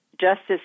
Justice